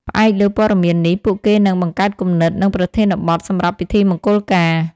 ផ្អែកលើព័ត៌មាននេះ ពួកគេនឹង បង្កើតគំនិត និងប្រធានបទ សម្រាប់ពិធីមង្គលការ។